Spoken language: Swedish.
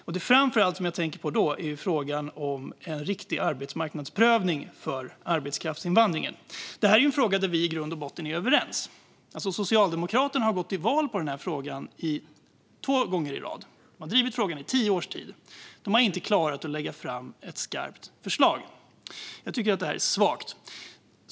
Det jag framför allt tänker på är frågan om en riktig arbetsmarknadsprövning för arbetskraftsinvandringen. Det är en fråga där vi i grund och botten är överens. Socialdemokraterna har gått till val på frågan två gånger i rad. De har drivit frågan i tio års tid, men de har inte klarat att lägga fram ett skarpt förslag. Jag tycker att det är svagt.